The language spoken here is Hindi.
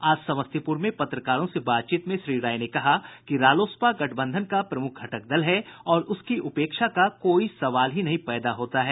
आज समस्तीपुर में पत्रकारों से बातचीत में श्री राय ने कहा कि रालोसपा गठबंधन का प्रमुख घटक दल है और उसकी उपेक्षा का कोई सवाल ही नहीं पैदा होता है